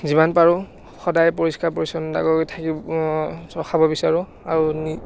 যিমান পাৰোঁ সদায় পৰিস্কাৰ পৰিচ্ছন্নতাকে থাকিব ৰখাব বিচাৰোঁ আৰু নি